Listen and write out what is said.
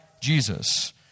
Jesus